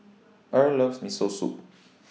Earl loves Miso Soup